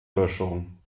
böschung